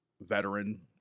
veteran